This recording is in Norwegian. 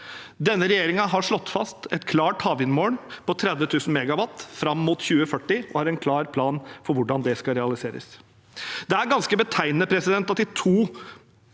Denne regjeringen har slått fast et klart havvindmål på 30 000 MW fram mot 2040 og har en klar plan for hvordan det skal realiseres. Det er ganske betegnende at de to–tre